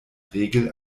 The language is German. regel